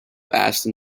aston